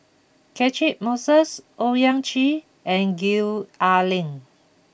Catchick Moses Owyang Chi and Gwee Ah Leng